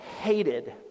hated